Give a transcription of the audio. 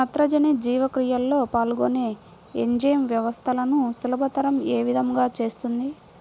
నత్రజని జీవక్రియలో పాల్గొనే ఎంజైమ్ వ్యవస్థలను సులభతరం ఏ విధముగా చేస్తుంది?